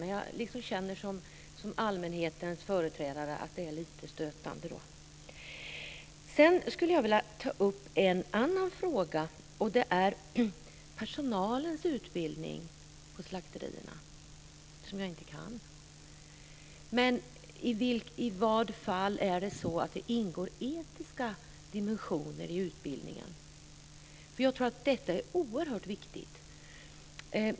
Men jag känner som allmänhetens företrädare att det är lite stötande. Jag skulle också vilja ta upp en annan fråga. Den gäller utbildningen av personalen på slakterierna, som jag inte känner till. Ingår det etiska dimensioner i utbildningen? Jag tror att detta är oerhört viktigt.